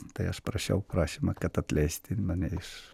tai aš parašiau prašymą kad atleisti mane iš